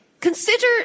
Consider